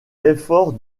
l’effort